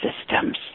systems